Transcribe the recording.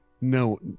No